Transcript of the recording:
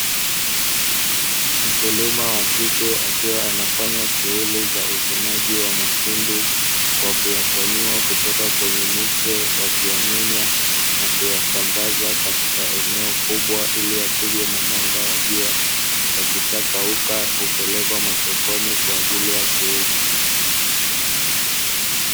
Mkulima wa kike akiwa anafanya shughuli za uvunaji wa mahindi, kwa kuyakwanyua kutoka kwenye miche, wakiyamenya na kuyasambaza katika eneo kubwa ili yapigwe na mwanga wa jua, yakishakauka hupelekwa sokoni kwa ajili ya kuuzwa.